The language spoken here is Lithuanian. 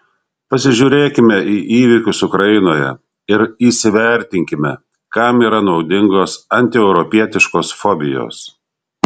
pasižiūrėkime į įvykius ukrainoje ir įsivertinkime kam yra naudingos antieuropietiškos fobijos